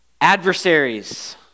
Adversaries